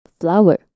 flower